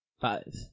Five